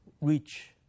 reach